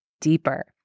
deeper